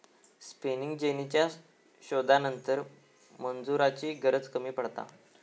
spinning जेनीच्या शोधानंतर मजुरांची गरज कमी पडता